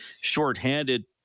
shorthanded